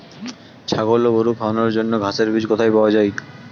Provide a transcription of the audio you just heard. ছাগল ও গরু খাওয়ানোর জন্য ঘাসের বীজ কোথায় পাওয়া যায়?